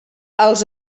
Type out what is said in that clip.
els